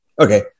Okay